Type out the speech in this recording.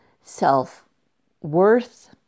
self-worth